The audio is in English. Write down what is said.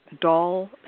Doll